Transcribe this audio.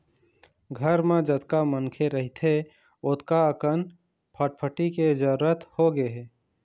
घर म जतका मनखे रहिथे ओतका अकन फटफटी के जरूरत होगे हे